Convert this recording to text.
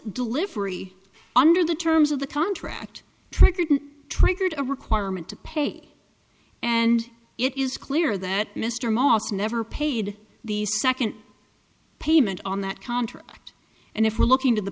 delivery under the terms of the contract triggered triggered a requirement to pay and it is clear that mr moss never paid the second payment on that contract and if we're looking to the